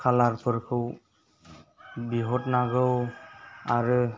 कालारफोरखौ बिहरनांगौ आरो